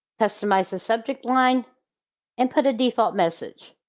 customize the subject line and put a default message.